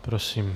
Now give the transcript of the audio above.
Prosím.